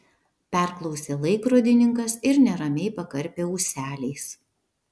perklausė laikrodininkas ir neramiai pakarpė ūseliais